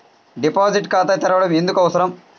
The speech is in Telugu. డిపాజిట్ ఖాతా తెరవడం ఎందుకు అవసరం?